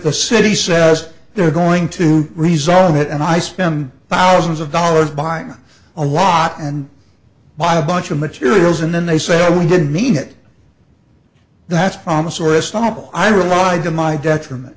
the city says they're going to resolve it and i spend thousands of dollars buying a lot and buy a bunch of materials and then they say oh we didn't mean it that's promissory estoppel i relied to my detriment